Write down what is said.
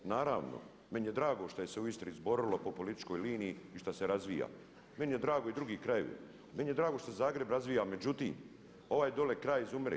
Naravno meni je drago što se je u Istri zborilo po političkoj liniji i što se razvija, meni je drago i drugih krajeva, meni je drago što se Zagreb razvija, međutim ovaj dole kraj izumire.